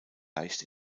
leicht